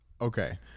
Okay